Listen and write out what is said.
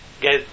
get